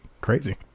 Crazy